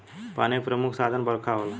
पानी के प्रमुख साधन बरखा होला